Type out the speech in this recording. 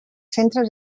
centres